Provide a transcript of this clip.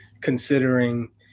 considering